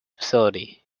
facility